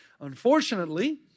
Unfortunately